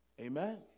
Amen